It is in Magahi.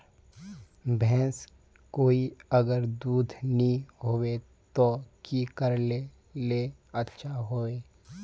भैंस कोई अगर दूध नि होबे तो की करले ले अच्छा होवे?